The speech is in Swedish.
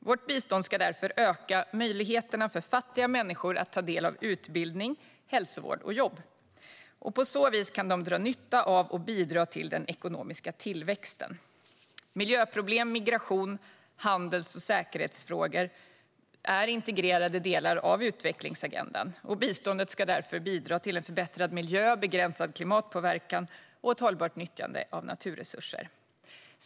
Vårt bistånd ska därför öka möjligheterna för fattiga människor att ta del av utbildning, hälsovård och jobb. På så vis kan de dra nytta av och bidra till den ekonomiska tillväxten. Miljöproblem, migration, handels och säkerhetsfrågor är integrerade delar av utvecklingsagendan. Biståndet ska därför också bidra till en förbättrad miljö, begränsad klimatpåverkan och ett hållbart nyttjande av naturresurser.